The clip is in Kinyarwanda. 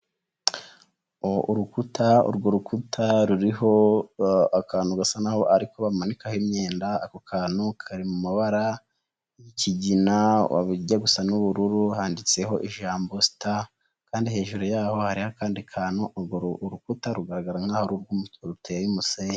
Urukuta, urwo rukuta ruriho akantu gasa n'aho ariko bamanikaho imyenda, ako kantu kari mu mabara y'ikigina gusa n'ubururu handitseho ijambo Sitari kandi hejuru y'aho hari akandi kantu, urwo rukuta rugaragara nk'aho ruteye umusenyi.